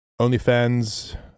OnlyFans